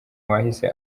wahise